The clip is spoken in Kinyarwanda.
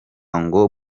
ngo